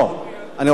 אני רוצה לדעת.